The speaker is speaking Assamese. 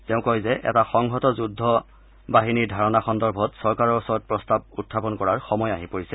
তেওঁ কয় যে এটা সংহত যুদ্ধ বাহিনীৰ ধাৰণা সন্দৰ্ভত চৰকাৰৰ ওচৰত প্ৰস্তাৱ উখাপন কৰাৰ সময় আহি পৰিছে